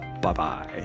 Bye-bye